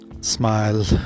smile